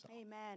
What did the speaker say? Amen